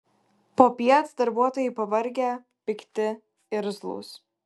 popiet darbuotojai pavargę pikti irzlūs